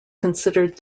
considered